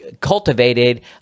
cultivated